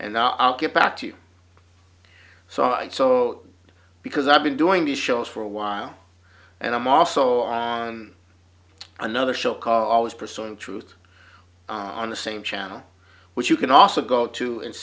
and i'll get back to you so i so because i've been doing these shows for a while and i'm also on another show call this pursuit of truth on the same channel which you can also go to and